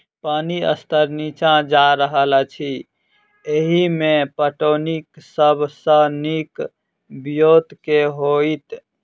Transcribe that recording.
पानि स्तर नीचा जा रहल अछि, एहिमे पटौनीक सब सऽ नीक ब्योंत केँ होइत?